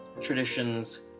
traditions